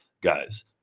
guys